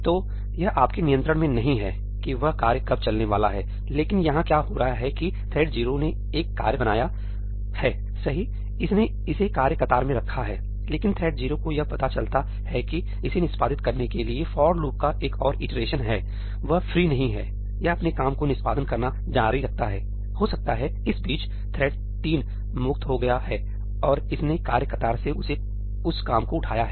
तो यह आपके नियंत्रण में नहीं है कि वह कार्य कब चलने वाला है लेकिन यहां क्या हो रहा है कि थ्रेड 0 ने एक कार्य बनाया है सहीइसने इसे कार्य कतार में रखा हैलेकिन थ्रेड 0 को यह पता चलता है कि इसे निष्पादित करने के लिए फॉर लूप का एक और इटरेशन है वह फ्री नहीं हैयह अपने काम को निष्पादन करना जारी रखता है हो सकता है इस बीचथ्रेड 3 मुक्त हो गया है और इसने कार्य कतार से उस काम को उठाया है